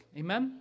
amen